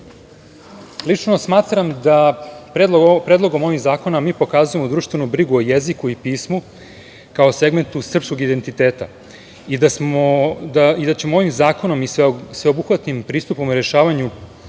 smatram da Predlogom ovog zakona mi pokazujemo društvenu brigu o jeziku i pismu, kao segmentu srpskog identiteta i da ćemo ovim zakonom i sveobuhvatnim pristupom rešavanju